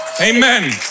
Amen